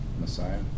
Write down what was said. Messiah